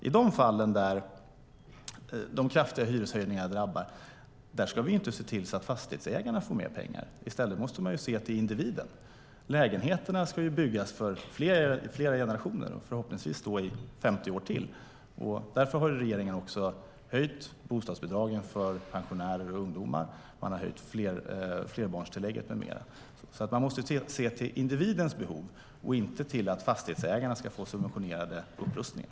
I de fall där kraftiga hyreshöjningar drabbar hyresgästerna ska vi inte se till att fastighetsägarna får mer pengar. I stället måste vi se till individen. Lägenheterna ska ju byggas för flera generationer och förhoppningsvis stå i 50 år till. Därför har regeringen höjt bostadsbidragen för pensionärer och ungdomar och har höjt flerbarnstillägget med mera. Vi måste alltså se till individens behov och inte till att fastighetsägarna ska få subventionerade upprustningar.